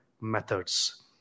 methods